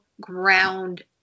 ground